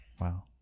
Wow